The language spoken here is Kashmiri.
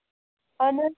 اَہَن حظ